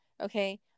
Okay